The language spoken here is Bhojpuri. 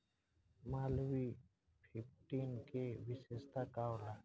मालवीय फिफ्टीन के विशेषता का होला?